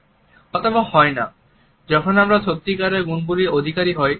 অথবা হয়না যখন আমরা সত্যিকারের গুনগুলির অধিকারী হই